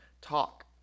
talk